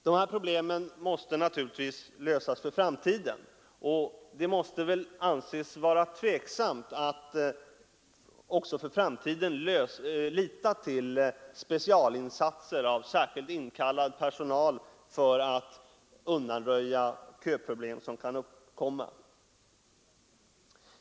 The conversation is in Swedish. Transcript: Dessa problem måste naturligtvis lösas, och det får väl anses vara tvivelaktigt huruvida man också för framtiden skall lita till specialinsatser av särskilt inkallad personal för att undanröja de köproblem som kan uppkomma.